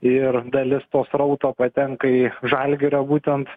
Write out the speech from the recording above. ir dalis to srauto patenka į žalgirio būtent